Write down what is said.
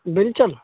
بیلچن